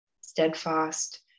steadfast